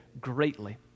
greatly